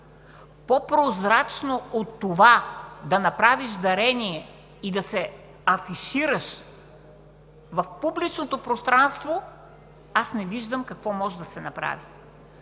По-прозрачно от това – да направиш дарение, и да се афишираш в публичното пространство, аз не виждам какво може да се направи?